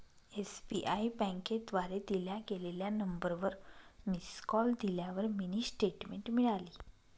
SBI बँकेद्वारे दिल्या गेलेल्या नंबरवर मिस कॉल दिल्यावर मिनी स्टेटमेंट मिळाली